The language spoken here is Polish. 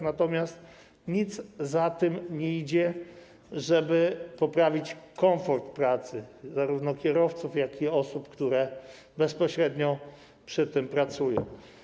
Natomiast za tym nie idzie nic, żeby poprawić komfort pracy zarówno kierowców, jak i osób, które bezpośrednio przy tym pracują.